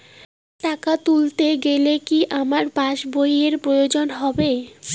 টাকা তুলতে গেলে কি আমার পাশ বইয়ের প্রয়োজন হবে?